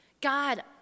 God